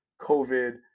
COVID